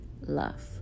love